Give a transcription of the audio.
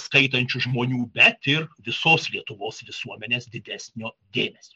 skaitančių žmonių bet ir visos lietuvos visuomenės didesnio dėmesio